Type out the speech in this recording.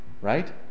Right